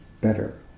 better